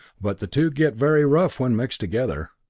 but the two get very rough when mixed together.